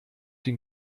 den